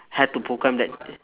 had to that